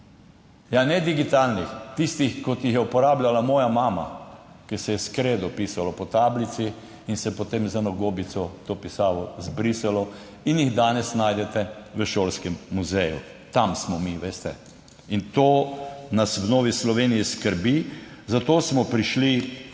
Ne digitalnih, tistih, kot jih je uporabljala moja mama, ko se je s kredo pisalo po tablici in se je potem z eno gobico to pisavo zbrisalo in jih danes najdete v šolskem muzeju. Tam smo mi, veste, in to nas v Novi Sloveniji skrbi. Zato smo prišli